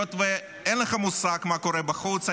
היות שאין לך מושג מה קורה בחוץ,